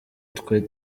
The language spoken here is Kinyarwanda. twe